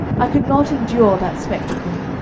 i could not endure that spectacle.